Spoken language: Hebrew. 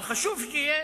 אבל חשוב שתהיה